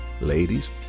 Ladies